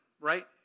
right